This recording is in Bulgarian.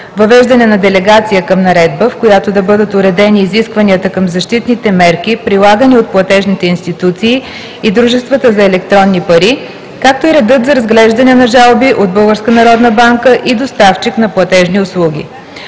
въвеждане на делегация към наредба, в която да бъдат уредени изискванията към защитните мерки, прилагани от платежните институции и дружествата за електронни пари, както и редът за разглеждане на жалби от БНБ и доставчик на платежни услуги;